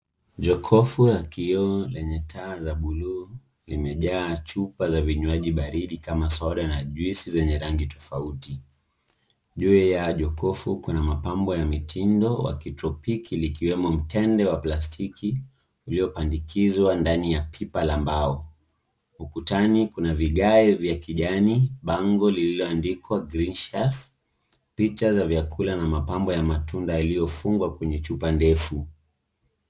Jokofu la kioo lenye taa za buluu limejaa chupa la vinywaji baridi kama soda na juisi zenye rangi tofauti. Juu ya jokofu kuna mapambo ya mitindo wa kitropiki yakiwemo mtende wa plastiki uliopandikizwa ndani ya pipa la mbao. Ukutani kuna vigae vya kijani , bango lililoandikwa Greenshelf, picha ya vyakula na mapambo ya matunda yaliyofungwa kwenye chupa ndefu.